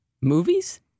Movies